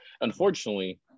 Unfortunately